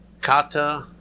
kata